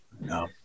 No